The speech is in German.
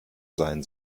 sein